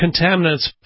contaminants